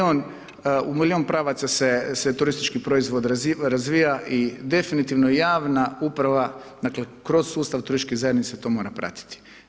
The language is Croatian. U milijun pravaca se turistički proizvod razvija i definitivno javna uprava, dakle kroz sustav turističkih zajednica to mora pratiti.